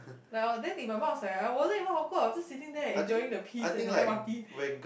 like orh then in my mind was like I wasn't even awkward I'm just sitting there and enjoying the peace and the M_R_T